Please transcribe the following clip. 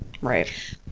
right